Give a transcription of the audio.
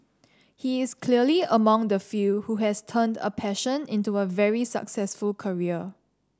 he is clearly among the few who has turned a passion into a very successful career